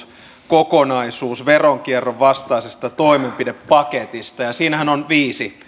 kokonaisuus veronkierron vastaisesta toimenpidepaketista ja siinähän on viisi